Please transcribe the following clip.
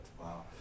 Wow